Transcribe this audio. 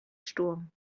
sturm